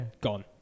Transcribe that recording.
gone